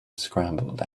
scrambled